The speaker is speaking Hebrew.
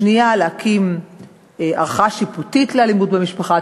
השנייה היא להקים ערכאה שיפוטית לאלימות במשפחה,